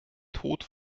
tod